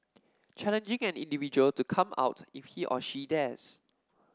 challenging an individual to come out if he or she dares